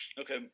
Okay